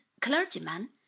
clergyman